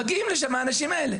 מגיעים לשם האנשים האלה.